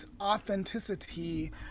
authenticity